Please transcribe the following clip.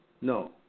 No